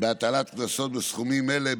בהטלת קנסות בסכומים אלה,